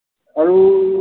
আৰু